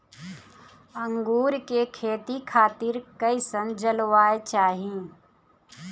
अंगूर के खेती खातिर कइसन जलवायु चाही?